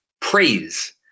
praise